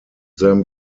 them